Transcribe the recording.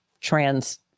trans